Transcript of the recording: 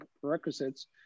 prerequisites